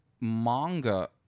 manga